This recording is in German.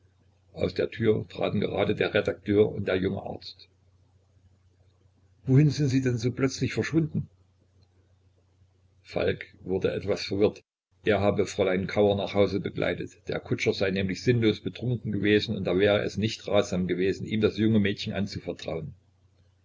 aus der tür traten grade der redakteur und der junge arzt wohin sind sie denn so plötzlich verschwunden falk wurde etwas verwirrt er habe fräulein kauer nach hause begleitet der kutscher sei nämlich sinnlos betrunken gewesen und da wäre es nicht ratsam gewesen ihm das junge mädchen anzuvertrauen